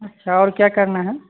अच्छा आओर क्या करना है